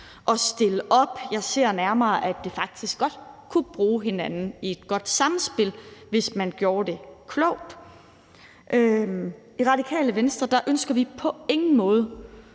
at stille op. Jeg ser nærmere, at de faktisk godt kunne bruge hinanden i et godt samspil, hvis man gjorde det klogt. I Radikale Venstre ønsker vi på ingen måde